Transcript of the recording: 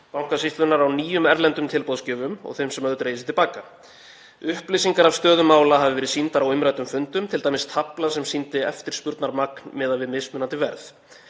Bankasýslunnar á nýjum erlendum tilboðsgjöfum og þeim sem höfðu dregið sig til baka. Upplýsingar af stöðu mála hafi verið sýndar á umræddum fundum, t.d. tafla sem sýndi eftirspurnarmagn miðað við mismunandi verð.